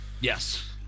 yes